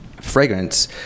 fragrance